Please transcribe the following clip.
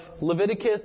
Leviticus